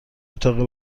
اتاقی